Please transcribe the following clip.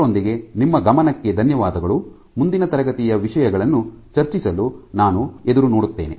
ಅದರೊಂದಿಗೆ ನಿಮ್ಮ ಗಮನಕ್ಕೆ ಧನ್ಯವಾದಗಳು ಮುಂದಿನ ತರಗತಿಯ ವಿಷಯಗಳನ್ನು ಚರ್ಚಿಸಲು ನಾನು ಎದುರು ನೋಡುತ್ತೇನೆ